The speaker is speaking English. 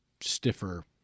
stiffer